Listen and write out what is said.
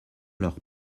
leurs